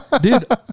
dude